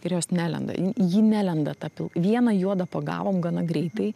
ir jos nelenda ji ji nelenda ta pil vieną juodą pagavom gana greitai